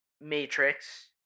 Matrix